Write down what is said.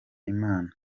imana